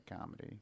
comedy